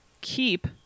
keep